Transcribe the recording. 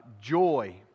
joy